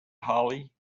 hollie